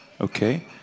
Okay